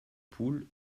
poules